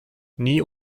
nie